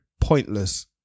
pointless